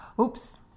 oops